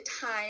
time